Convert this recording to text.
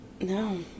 No